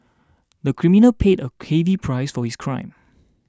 the criminal paid a heavy price for his crime